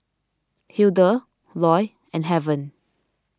Hildur Loy and Heaven